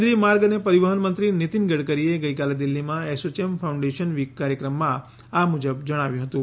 કેન્દ્રીય માર્ગ અને પરિવહન મંત્રી નીતીન ગડકરીએ ગઈકાલે દિલ્હીમાં એસોચેમ ફાઉન્ડેશન વીક કાર્યક્રમમાં આ મુજબ જણાવ્યું હતું